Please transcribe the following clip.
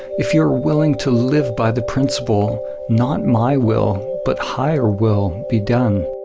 if you're willing to live by the principle not my will but higher will be done,